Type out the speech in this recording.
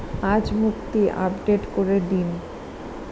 আজ মুক্তি আপডেট করে দিন